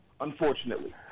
unfortunately